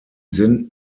sind